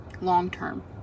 Long-term